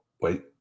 wait